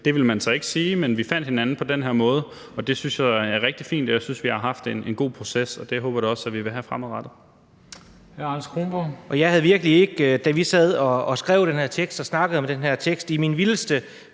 Det ville man så ikke sige, men vi fandt hinanden på den her måde, og det synes jeg er rigtig fint, og jeg synes, vi har haft en god proces, og det håber jeg da også vi vil have fremadrettet.